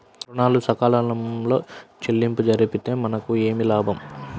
ఋణాలు సకాలంలో చెల్లింపు జరిగితే మనకు ఏమి లాభం?